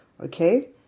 okay